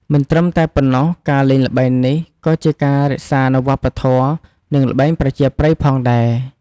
មិនត្រឹមតែប៉ុណ្ណោះការលេងល្បែងនេះ ក៏ជាការរក្សានៅវប្បធម៍ និងល្បែងប្រជាប្រិយផងដែរ។